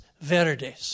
verdes